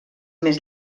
més